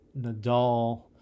Nadal